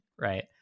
right